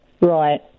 Right